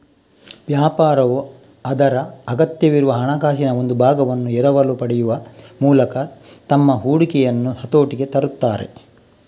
ವ್ಯಾಪಾರವು ಅದರ ಅಗತ್ಯವಿರುವ ಹಣಕಾಸಿನ ಒಂದು ಭಾಗವನ್ನು ಎರವಲು ಪಡೆಯುವ ಮೂಲಕ ತಮ್ಮ ಹೂಡಿಕೆಯನ್ನು ಹತೋಟಿಗೆ ತರುತ್ತಾರೆ